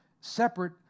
separate